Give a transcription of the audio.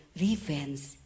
revenge